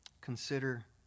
Consider